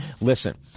Listen